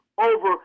over